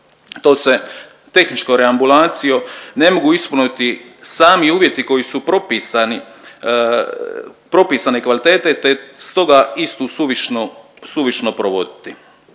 to se tehničkom reambulacijom ne mogu ispuniti sami uvjeti koji su propisani, propisane kvalitete te je stoga istu suvišno, suvišno